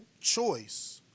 choice